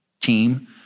team